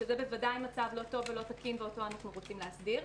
שזה בוודאי מצב לא טוב ולא תקין ואותו אנחנו רוצים להסדיר.